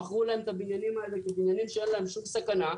מכרו להם את הבניינים האלה כבניינים שאין בהם שום סכנה,